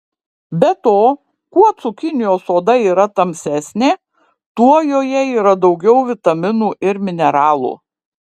be to kuo cukinijos oda yra tamsesnė tuo joje yra daugiau vitaminų ir mineralų